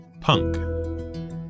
Punk